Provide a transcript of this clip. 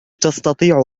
تستطيع